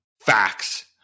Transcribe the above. facts